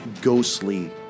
ghostly